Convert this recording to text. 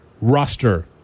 roster